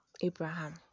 Abraham